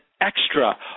extra